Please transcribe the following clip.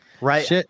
Right